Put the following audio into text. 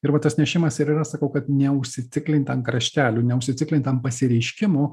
ir va tas nešimas ir yra sakau kad neužsiciklint ant kraštelių neužsiciklint ant pasireiškimo